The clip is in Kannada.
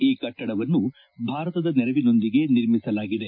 ಈ ಕಟ್ಲಡವನ್ನು ಭಾರತದ ನೆರವಿನೊಂದಿಗೆ ನಿರ್ಮಿಸಲಾಗಿದೆ